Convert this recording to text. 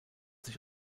sich